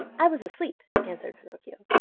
i was asleep, answered pinocchio,